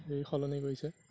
এই সলনি কৰিছে